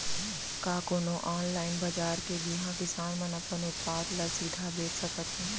का कोनो अनलाइन बाजार हे जिहा किसान मन अपन उत्पाद ला सीधा बेच सकत हे?